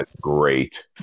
great